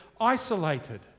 isolated